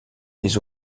les